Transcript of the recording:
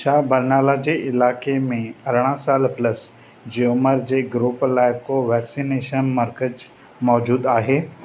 छा बरनाला जे इलाक़े में अरिड़ां साल प्लस जी उमिरि जे ग्रूप लाइ को वैक्सिनेशन मर्कज़ु मौजूदु आहे